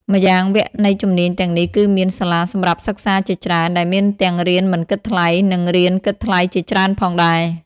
ម្យ៉ាងវគ្គនៃជំនាញទាំងនេះគឺមាន សាលាសម្រាប់សិក្សាជាច្រើន ដែលមានទាំងរៀនមិនគិតថ្លៃ និងរៀនគិតថ្លៃជាច្រើនផងដែរ។